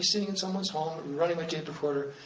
sitting in someone's home and running my tape recorder,